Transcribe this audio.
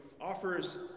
offers